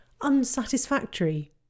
unsatisfactory